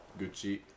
Gucci